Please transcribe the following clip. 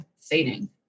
fading